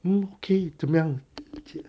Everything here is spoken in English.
嗯可以怎么样不解